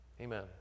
Amen